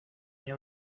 nie